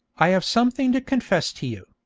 i have something to confess to you